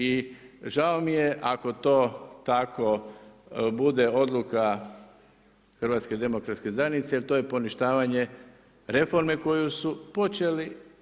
I žao mi je ako to tako bude odluka HDZ-a jer to je poništavanje reforme koju su počeli.